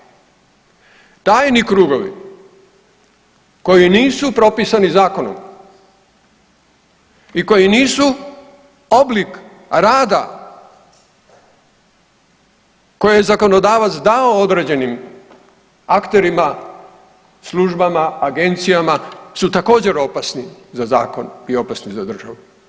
Tajni krugovi koji nisu propisani zakonom i koji nisu oblik rada koje je zakonodavac dao određenim akterima, službama, agencijama su također opasni za zakon i opasni za državu.